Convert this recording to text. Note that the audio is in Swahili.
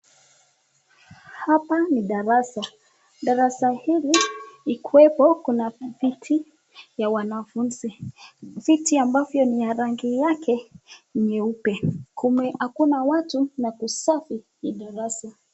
Hapa ni darasa. Darasa hili likuwepo kuna viti vya wanafunzi. Viti ambavyo ni vya rangi yake nyeupe. Kume hakuna watu na kusafisha hili darasa.